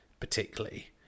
particularly